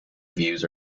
views